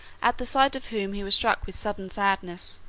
at the sight of whom he was struck with sudden sadness,